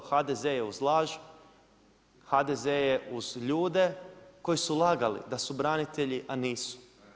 HDZ je u laž, HDZ je uz ljude koji su lagali da su branitelji a nisu.